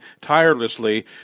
tirelessly